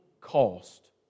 cost